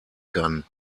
kann